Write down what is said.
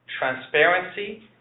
transparency